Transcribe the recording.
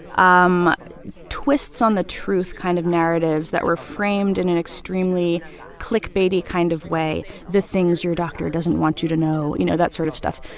um twists-on-the-truth kind of narratives that were framed in an extremely clickbaity kind of way the things your doctor doesn't want you to know you know, that sort of stuff.